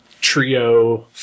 Trio